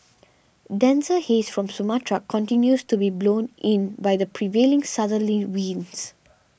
denser haze from Sumatra continues to be blown in by the prevailing southerly winds